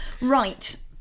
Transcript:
Right